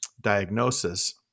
diagnosis